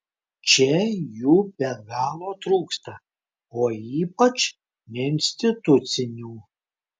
čia jų be galo trūksta o ypač neinstitucinių